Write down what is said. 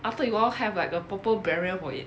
after you all have like a proper burial for it